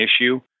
issue